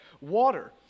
water